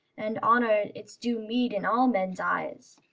and honour its due meed in all men's eyes!